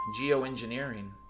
geoengineering